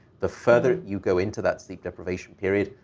the further you go into that sleep deprivation period,